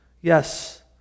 Yes